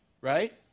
right